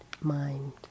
mind